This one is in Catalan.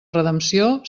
redempció